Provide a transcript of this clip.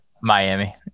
Miami